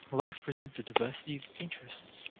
life presents a diversity of interests.